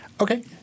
Okay